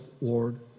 Lord